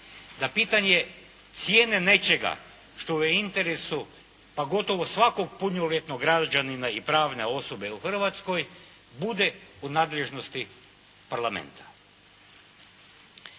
da pitanje cijene nečega što je u interesu pa gotovo svakog punoljetnog građanina i pravne osobe u Hrvatskoj bude u nadležnosti parlamenta.